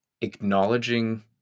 acknowledging